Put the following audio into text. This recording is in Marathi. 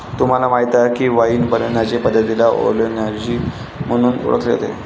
तुम्हाला माहीत आहे का वाइन बनवण्याचे पद्धतीला ओएनोलॉजी म्हणून ओळखले जाते